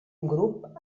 grup